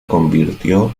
convirtió